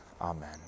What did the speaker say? Amen